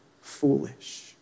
foolish